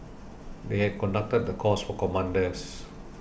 they had conducted the course for commanders